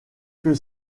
que